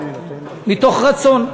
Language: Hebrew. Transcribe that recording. מתוך רצון.